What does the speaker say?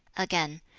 again,